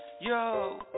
yo